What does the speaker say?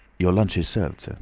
your lunch is served, sir.